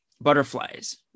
butterflies